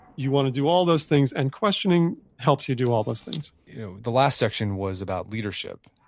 you want to do all those things and questioning helps you do all those things the last section was about leadership.